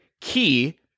key